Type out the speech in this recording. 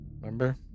Remember